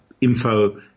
info